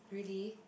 really